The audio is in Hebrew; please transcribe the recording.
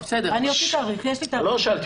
אני יכולה לומר מה התאריך.